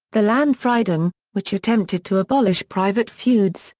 the landfrieden, which attempted to abolish private feuds,